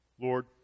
Lord